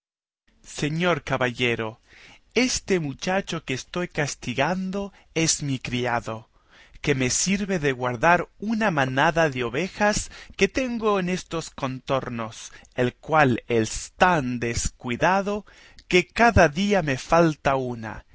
señor caballero este muchacho que estoy castigando es un mi criado que me sirve de guardar una manada de ovejas que tengo en estos contornos el cual es tan descuidado que cada día me falta una